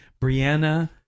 Brianna